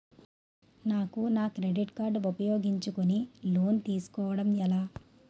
నాకు నా credit card ఉపయోగించుకుని లోన్ తిస్కోడం ఎలా?